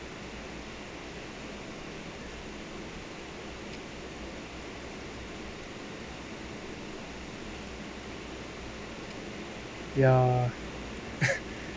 ya